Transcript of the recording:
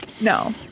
No